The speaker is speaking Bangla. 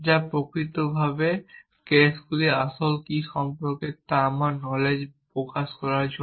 যা প্রকৃতপক্ষে কেসগুলি আসলে কী তা সম্পর্কে আমার নলেজ প্রকাশ করার জন্য